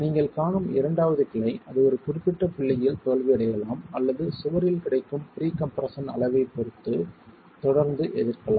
நீங்கள் காணும் இரண்டாவது கிளை அது ஒரு குறிப்பிட்ட புள்ளியில் தோல்வியடையலாம் அல்லது சுவரில் கிடைக்கும் ப்ரீகம்ப்ரஷன் அளவைப் பொறுத்து தொடர்ந்து எதிர்க்கலாம்